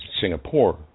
Singapore